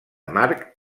march